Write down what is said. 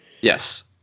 Yes